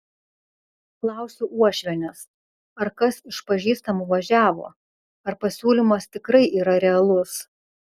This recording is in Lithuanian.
klausiu uošvienės ar kas iš pažįstamų važiavo ar pasiūlymas tikrai yra realus